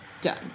done